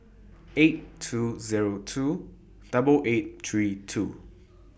eight two Zero two double eight three two